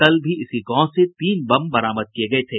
कल भी इसी गांव से तीन बम बरामद किये गये थे